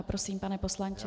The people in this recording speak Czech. Prosím, pane poslanče.